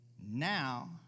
Now